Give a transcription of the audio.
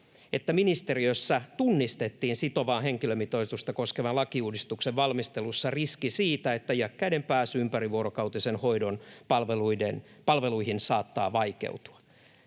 että ministeriössä tunnistettiin sitovaa henkilömitoitusta koskevan lakiuudistuksen valmistelussa riski siitä, että iäkkäiden pääsy ympärivuorokautisen hoidon palveluihin saattaa vaikeutua.